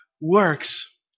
works